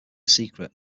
secret